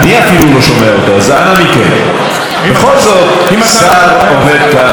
בכל זאת, שר עומד כאן ומדבר, אז אנא תכבדו את זה.